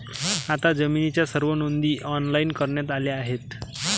आता जमिनीच्या सर्व नोंदी ऑनलाइन करण्यात आल्या आहेत